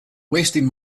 wasting